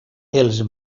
els